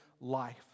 life